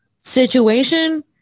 situation